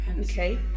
Okay